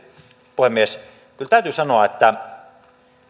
puhemies kyllä täytyy sanoa että